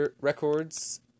records